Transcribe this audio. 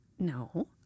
no